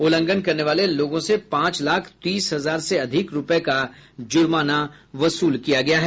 उल्लंघन करने वाले लोगों से पांच लाख तीस हजार से अधिक रूपये का जुर्माना वसूल किया गया है